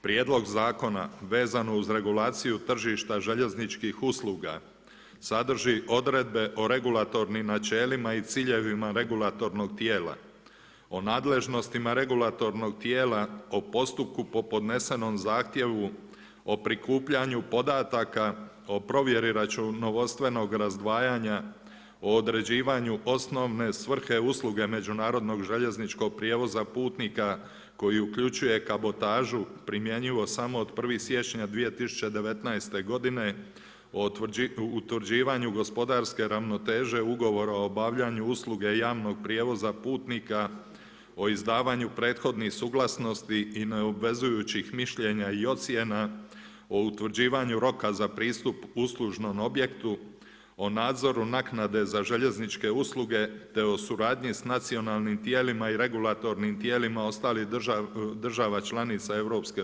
Prijedlog zakona vezano uz regulaciju tržišta željezničkih usluga sadrži odredbe o regulatornim načelima i ciljevima regulatornog tijela, o nadležnostima regulatornog tijela, o postupku po podnesenom zahtjevu, o prikupljanju podataka, o provjeri računovodstvenog razdvajanja, o određivanju osnovne svrhe usluge međunarodnog željezničkog prijevoza putnika koji uključuje kabotažu primjenjivo samo od 1. siječnja 2019. godine o utvrđivanju gospodarske ravnoteže ugovora o obavljanju usluge javnog prijevoza putnika, o izdavanju prethodnih suglasnosti i neobvezujućih mišljenja i ocjena, o utvrđivanju roka za pristup uslužnom objektu, o nadzoru naknade za željezničke usluge te o suradnji sa nacionalnim tijelima i regulatornim tijelima ostalih država članica EU.